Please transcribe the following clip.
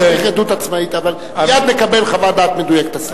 צריך עדות עצמאית, אבל מייד נקבל חוות דעת מדויקת.